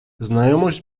znajomość